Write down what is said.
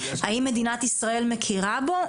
האם מדינת ישראל מכירה בו?